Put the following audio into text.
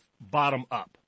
bottom-up